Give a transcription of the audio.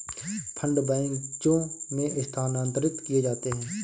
fund बैचों में स्थानांतरित किए जाते हैं